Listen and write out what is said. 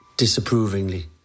disapprovingly